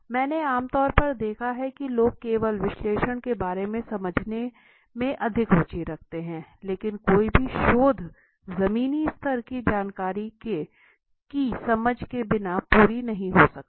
मैंने आम तौर देखा है कि लोग केवल विश्लेषण के बारे में समझने में अधिक रुचि रखते हैं लेकिन कोई भी शोध ज़मीनी स्तर की जानकारी को समझे बिना पूरा नहीं हो सकता